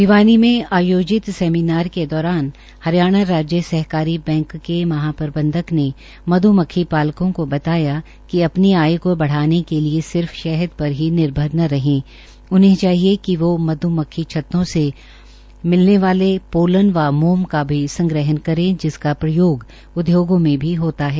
भिवानी मे आयोजित सेमीनार के दौरान हरियाणा राज्य सहकारी बैंक के महाप्रबंधक ने मध्मक्खी पालकों को बताया कि अपनी आये बढ़ाने के लिये सिर्फ शहर पर निर्भर न रहे उनहें चाहिए कि वो मध्मक्खी छत्तों से मिलने वाले पोलन व मोम का भी संग्रहण करे जिसका प्रयोग उद्योगों मे भी होता है